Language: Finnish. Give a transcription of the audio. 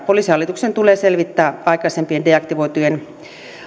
poliisihallituksen tulee selvittää aikaisempien deaktivoitujen